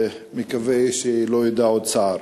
ומקווה שלא ידע עוד צער.